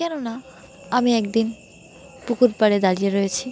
কেননা আমি একদিন পুকুর পাড়ে দাঁড়িয়ে রয়েছি